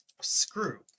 Screw